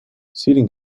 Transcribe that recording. seating